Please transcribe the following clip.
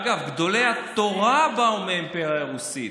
אגב, גדולי התורה באו מהאימפריה הרוסית.